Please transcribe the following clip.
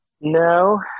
No